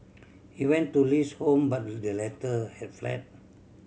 he went to Li's home but the latter had fled